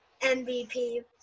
MVP